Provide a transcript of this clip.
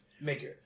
maker